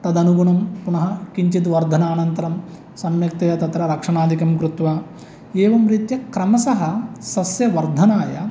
तदनुगुणं पुनः किञ्चित् वर्धनानन्तरं सम्यकतया तत्र रक्षणादिकं कृत्वा एवं रीत्या क्रमशः सस्यवर्धनाय